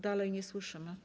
Dalej nie słyszymy.